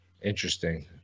Interesting